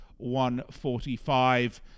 145